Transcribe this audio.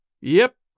Yep